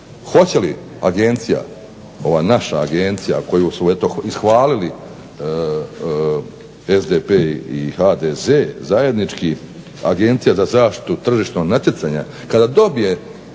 Hoće li agencija, ova naša agencija koju su eto ishvalili SDP i HDZ zajednički Agencija za zaštitu tržišnog natjecanja kada dobije